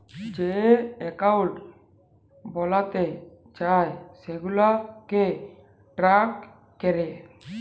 যে একাউল্ট বালাতে চায় সেগুলাকে ট্র্যাক ক্যরে